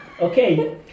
Okay